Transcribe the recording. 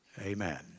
amen